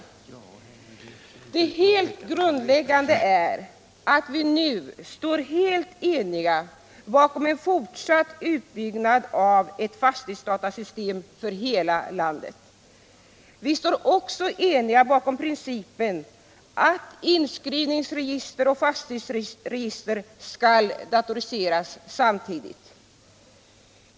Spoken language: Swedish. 47 Fastighetsdataverksamheten Det grundläggande är att vi nu står helt eniga bakom en fortsatt utbyggnad av ett fastighetsdatasystem för hela landet. Vi står också eniga bakom principen att inskrivningsregister och fastighetsregister skall datoriseras samtidigt.